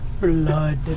blood